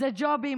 זה ג'ובים